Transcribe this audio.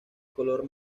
color